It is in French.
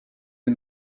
est